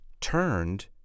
turned